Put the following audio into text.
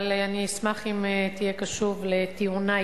אבל אני אשמח אם תהיה קשוב לטיעוני.